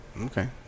Okay